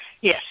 Yes